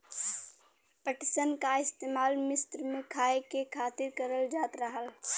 पटसन क इस्तेमाल मिस्र में खाए के खातिर करल जात रहल